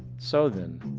so then,